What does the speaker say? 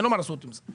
אין לו מה לעשות עם זה,